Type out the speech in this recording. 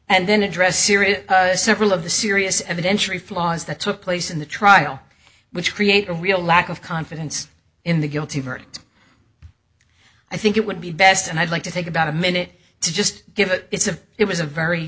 and then address serious several of the serious evidentiary flaws that took place in the trial which create a real lack of confidence in the guilty verdict i think it would be best and i'd like to take about a minute to just give it it's of it was a very